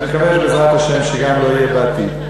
ונקווה שבעזרת השם גם לא יהיה בעתיד.